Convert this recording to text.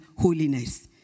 holiness